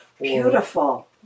Beautiful